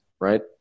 right